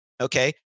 okay